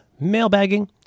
mailbagging